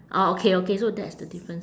ah okay okay so that's the difference